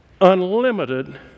Unlimited